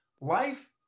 Life